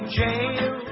jail